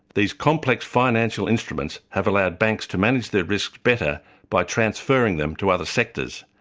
these complex financial instruments have allowed banks to manager their risks better by transferring them to other sectors.